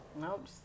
Nope